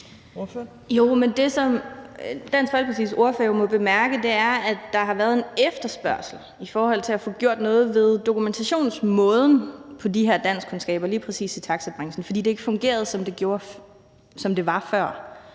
Dansk Folkepartis ordfører jo må bemærke, er, at der har været en efterspørgsel efter at få gjort noget ved dokumentationsmåden vedrørende danskkundskaber lige præcis i taxabranchen, fordi det ikke fungerede, som det var før.